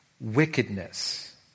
wickedness